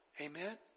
Amen